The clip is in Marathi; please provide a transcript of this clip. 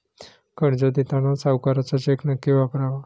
कर्ज देताना सावकाराचा चेक नक्की वापरावा